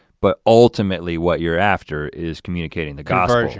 but ultimately what you're after is communicating the gospel.